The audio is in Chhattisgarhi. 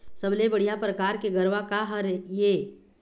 सबले बढ़िया परकार के गरवा का हर ये?